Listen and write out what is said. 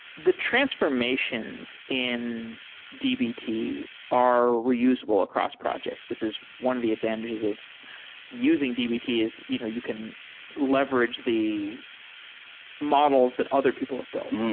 the transformations in dbt are reusable across projects. this is one of the advantages of using dbt, is you know you can leverage the models that other people have built.